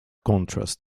contrast